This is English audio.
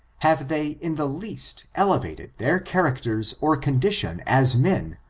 have they in the least elevated their characters or condition as men,